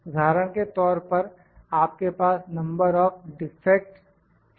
उदाहरण के तौर पर आपके पास नंबर ऑफ डिफेक्ट्स हैं